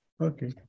Okay